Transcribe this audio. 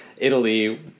Italy